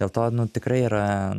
dėl to nu tikrai yra